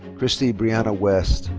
christi brianna west